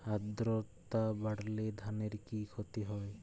আদ্রর্তা বাড়লে ধানের কি ক্ষতি হয়?